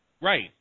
Right